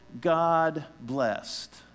God-blessed